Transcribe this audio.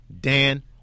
Dan